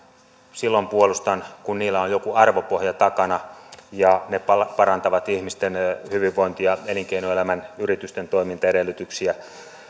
silloin puolustan kun niillä on joku arvopohja takana ja ne parantavat ihmisten hyvinvointia elinkeinoelämän yritysten toimintaedellytyksiä